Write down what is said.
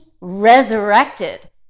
resurrected